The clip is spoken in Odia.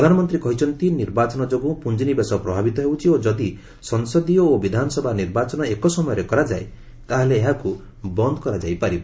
ପ୍ରଧାନମନ୍ତ୍ରୀ କହିଛନ୍ତି ନିର୍ବାଚନ ଯୋଗୁଁ ପ୍ରଞ୍ଜିନିବେଶ ପ୍ରଭାବିତ ହେଉଛି ଓ ଯଦି ସଂସଦୀୟ ଓ ବିଧାନସଭା ନିର୍ବାଚନ ଏକ ସମୟରେ କରାଯାଏ ତାହାହେଲେ ଏହାକୁ ବନ୍ଦ୍ କରାଯାଇପାରିବ